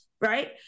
right